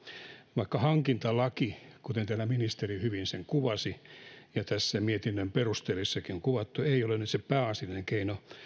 vaikka hankintalaki kuten täällä ministeri hyvin kuvasi ja tässä mietinnön perusteluissakin on kuvattu ei ole se pääasiallinen keino